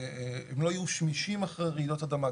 הם לא יהיו שמישים אחרי רעידות אדמה,